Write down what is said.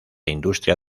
industria